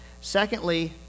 Secondly